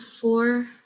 four